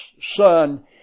Son